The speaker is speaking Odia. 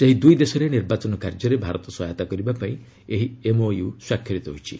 ସେହି ଦୁଇ ଦେଶରେ ନିର୍ବାଚନ କାର୍ଯ୍ୟରେ ଭାରତ ସହାୟତା କରିବା ପାଇଁ ଏହି ଏମ୍ଓୟୁ ସ୍ୱାକ୍ଷରିତ ହୋଇଛି